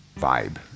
vibe